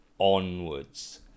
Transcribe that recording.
onwards